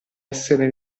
essere